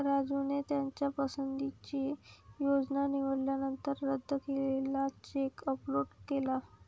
राजूने त्याच्या पसंतीची योजना निवडल्यानंतर रद्द केलेला चेक अपलोड केला